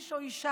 איש או אישה,